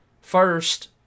First